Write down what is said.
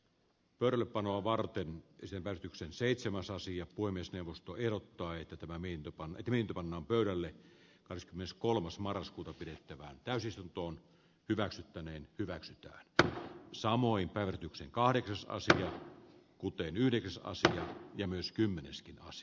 perel panoa varten kyse välityksen seitsemän sasi jatkui myös neuvosto ehdottaa että tömämmin jopa niin pannaan pöydälle kahdeskymmeneskolmas marraskuuta pidettävään täysistuntoon hyväksyttäneen hyväksytyt tö samoin päivityksen kahdeksasosia kuten se on sitten eri asia